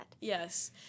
Yes